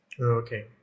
Okay